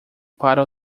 para